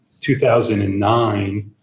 2009